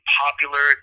popular